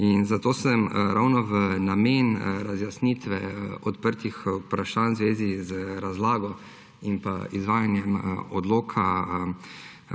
Zato sem ravno v namen razjasnitve odprtih vprašanj v zvezi z razlago in pa izvajanjem odloka